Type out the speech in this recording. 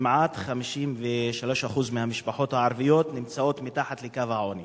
כמעט 53% מהמשפחות הערביות נמצאות מתחת לקו העוני.